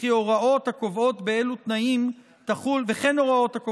וכן הוראות הקובעות באילו תנאים תחול חזקת